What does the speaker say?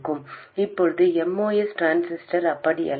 இப்போது MOS transistor அப்படி இல்லை